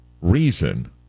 reason